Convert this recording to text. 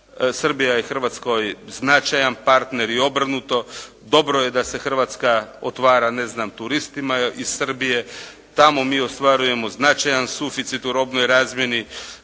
Srbija je Hrvatskoj značajan partner i obrnuto. Dobro je da se Hrvatska otvara, ne znam, turistima iz Srbije. Tamo mi ostvarujemo značajan suficit u robnoj razmjeni.